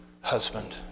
husband